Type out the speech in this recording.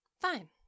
Fine